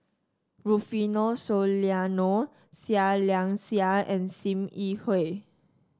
Rufino Soliano Seah Liang Seah and Sim Yi Hui